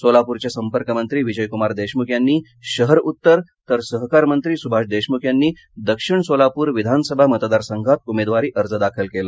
सोलापरचे संपर्कमंत्री विजयक्मार देशमुख यांनी शहर उत्तर तर सहकार मंत्री सुभाष देशमुख यांनी दक्षिण सोलापूर विधानसभा मतदारसंघात उमेदवारी अर्ज दाखल केला